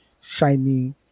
shiny